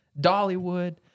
Dollywood